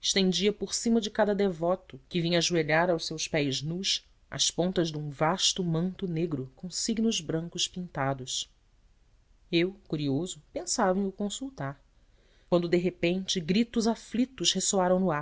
estendia por cima de cada devoto que vinha ajoelhar aos seus pés nus a ponta de um vasto manto negro com signos brancos pintados eu curioso pensava em o consultar quando de repente gritos aflitos ressoaram no